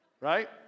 right